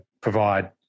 Provide